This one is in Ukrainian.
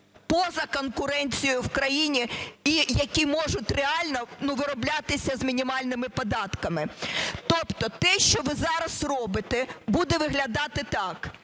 поза конкуренцією в країні і які можуть реально вироблятися з мінімальними податками. Тобто те, що ви зараз робите, буде виглядати так.